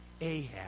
Ahab